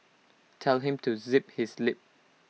tell him to zip his lip